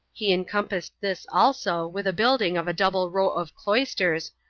he encompassed this also with a building of a double row of cloisters,